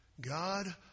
God